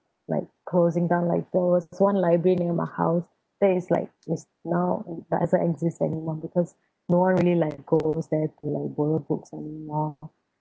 like closing down like there was one library near my house that is like it's now doesn't exist anymore because no one really like goes there to like borrow books anymore